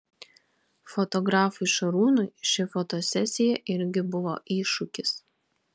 fotografui šarūnui ši fotosesija irgi buvo iššūkis